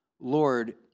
Lord